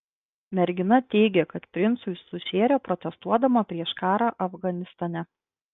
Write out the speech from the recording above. mergina teigė kad princui sušėrė protestuodama prieš karą afganistane